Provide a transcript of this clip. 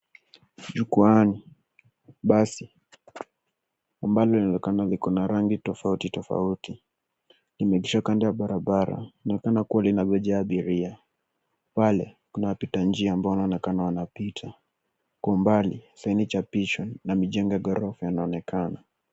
Jukwaani, basi ambalo linaonekana liko na rangi tofauti tofauti limeegeshwa kando ya barabara linaonekana kuwa limejaa abiria. Pale kuna wapita nji ambao wanaonekana wanapita. Kwa umbali saini chapisho na mijengo ya ghorofa yanaonekana.